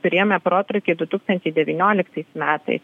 turėjome protrūkį du tūkstančiai devynioliktais metais